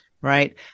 right